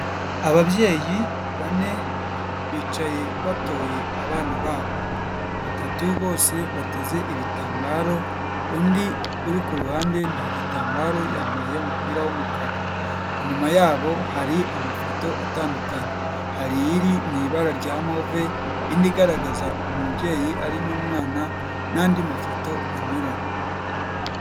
Ababyeyi bane bicaye batoye abana babo, batatu bose bateze ibitambaro undi uri ku ruhande nta gitambaro, yambaye umupira w'umukara, inyuma yabo hari amafoto atandukanye, hari iri mu ibara rya move igaragaza umubyeyi ari n'umwana n'andi mafoto anyuranye.